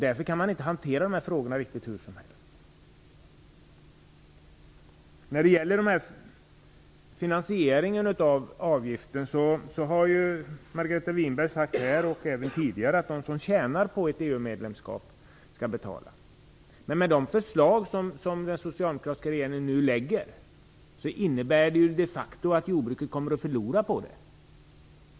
Därför kan man inte hantera dessa frågor riktigt hur som helst. När det gäller finansieringen av avgiften har Margareta Winberg här och även tidigare sagt att de som tjänar på ett EU-medlemskap skall betala. Men de förslag som den socialdemokratiska regeringen nu lägger fram innebär de facto att jordbruket kommer att förlora på det.